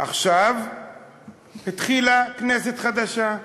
עכשיו התחילה כנסת חדשה.